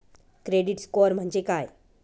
Credit score म्हणजे काय?